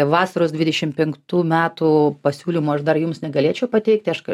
vasaros dvidešim penktų metų pasiūlymų aš dar jums negalėčiau pateikti aš